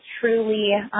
truly